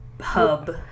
hub